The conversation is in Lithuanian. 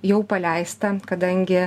jau paleista kadangi